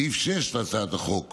בסעיף 6 להצעת החוק